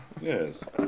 yes